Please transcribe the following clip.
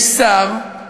יש שר,